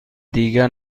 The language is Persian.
دیگر